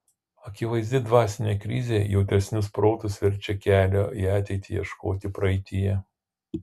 akivaizdi dvasinė krizė jautresnius protus verčia kelio į ateitį ieškoti praeityje